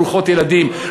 ברוכות ילדים.